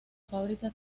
fábrica